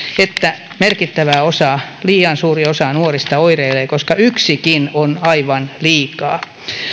että merkittävä osa liian suuri osa nuorista oireilee koska yksikin on aivan liikaa